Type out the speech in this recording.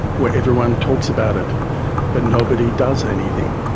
where everyone talks about it but nobody does anything?